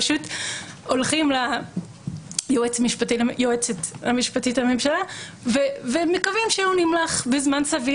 פשוט הולכים ליועצת המשפטית לממשלה ומקווים שיענו לך בזמן סביר,